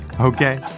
Okay